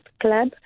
club